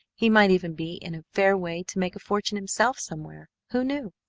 he might even be in a fair way to make a fortune himself somewhere, who knew?